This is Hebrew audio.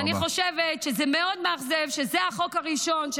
ואני חושבת שזה מאוד מאכזב שזה החוק הראשון,